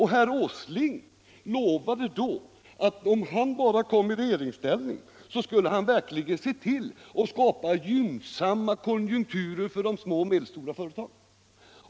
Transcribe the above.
Herr Åsling lovade då att om han bara kom i regeringsställning skulle han verkligen se till att skapa gynnsamma betingelser för de små och medelstora företagen.